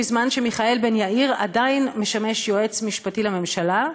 בזמן שמיכאל בן יאיר עדיין משמש יועץ משפטי לממשלה,